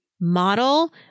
model